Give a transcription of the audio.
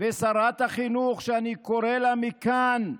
ושרת החינוך, שאני קורא לה מכאן: